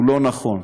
לא נכון.